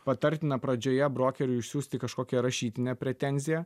patartina pradžioje brokeriui išsiųsti kažkokią rašytinę pretenziją